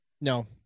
No